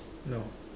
no